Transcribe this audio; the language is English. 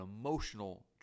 emotional